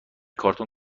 کارتون